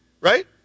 right